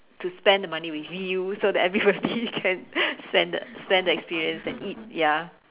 to spend the money with you so that everybody can spend spend the experience and eat ya